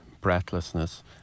breathlessness